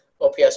OPS